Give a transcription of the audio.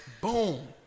Boom